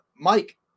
Mike